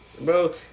bro